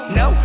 no